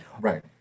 Right